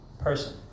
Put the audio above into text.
person